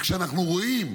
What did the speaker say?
כשאנחנו רואים